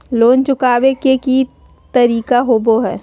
Loan चुकाबे के की तरीका होबो हइ?